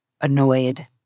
annoyed